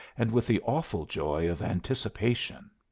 and with the awful joy of anticipation.